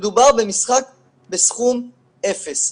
מדובר במשחק סכום אפס.